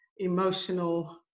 emotional